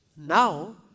Now